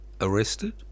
arrested